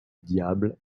diable